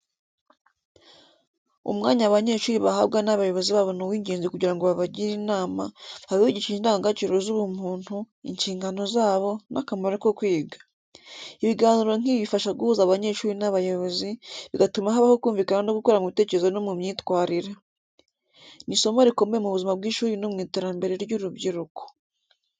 Umwanya abanyeshuri bahabwa n’abayobozi babo ni uwingenzi kugira ngo babagire inama, babigishe indangagaciro z’ubumuntu, inshingano zabo, n’akamaro ko kwiga. Ibiganiro nk’ibi bifasha guhuza abanyeshuri n’abayobozi, bigatuma habaho kumvikana no gukura mu bitekerezo no mu myitwarire. Ni isomo rikomeye mu buzima bw’ishuri no mu iterambere ry’urubyiruko.